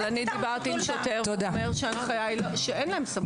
אבל אני דיברתי עם שוטר והוא אומר שההנחיה היא שאין להם סמכות.